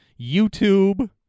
YouTube